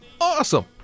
Awesome